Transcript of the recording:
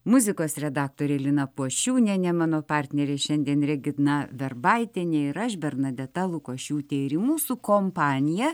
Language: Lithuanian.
muzikos redaktorė lina pošiūnienė mano partnerė šiandien regina verbaitienė ir aš bernadeta lukošiūtė ir į mūsų kompaniją